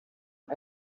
and